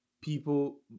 people